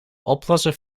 oplossen